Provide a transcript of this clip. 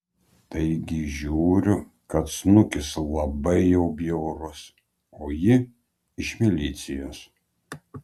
taigi žiūriu kad snukis labai jau bjaurus o ji iš milicijos